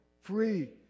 free